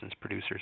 producers